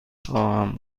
خواهم